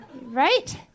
Right